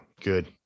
good